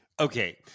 Okay